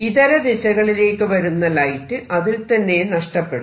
ഇതര ദിശകളിലേക്ക് വരുന്ന ലൈറ്റ് അതിൽ തന്നെ നഷ്ടപ്പെടുന്നു